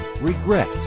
regret